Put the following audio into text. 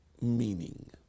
meaning